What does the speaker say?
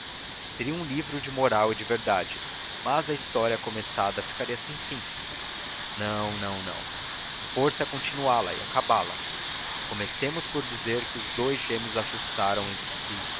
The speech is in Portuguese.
seria um livro de moral e de verdade mas a história começada ficaria sem fim não não não força é continuá la e acabá la comecemos por dizer o que os dous gêmeos ajustaram entre si